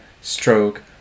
stroke